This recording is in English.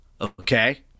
okay